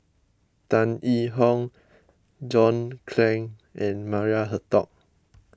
Tan Yee Hong John Clang and Maria Hertogh